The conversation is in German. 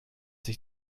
sich